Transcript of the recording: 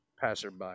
passerby